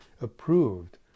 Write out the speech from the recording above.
approved